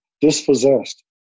dispossessed